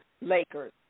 Lakers